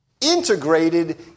integrated